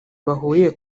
bahuriye